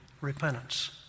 repentance